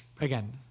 again